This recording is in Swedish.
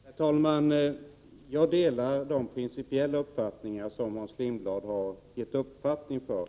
Herr talman! Jag delar de principiella uppfattningar som Hans Lindblad givit uttryck för.